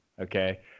Okay